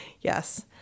Yes